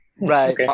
Right